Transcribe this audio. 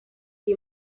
qui